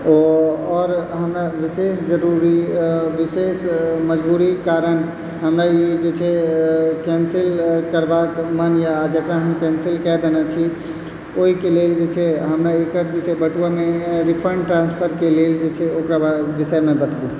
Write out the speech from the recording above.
आओर हमरा विशेष जरूरी विशेष मजबूरीके कारण हमरा ई जे छै कैंसिल करबाक मन रहय आ जकर हम कैंसल कए देने छी ओहिके लेल जे छै हमर एकरा जे छै बटुआमे रिफंड ट्रांसफरके लेल जे छै ओकरा विषयमे बताबू